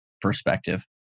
perspective